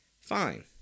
Fine